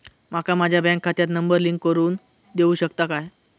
माका माझ्या बँक खात्याक नंबर लिंक करून देऊ शकता काय?